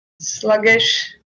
sluggish